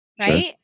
right